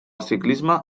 ciclisme